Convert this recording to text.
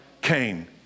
Cain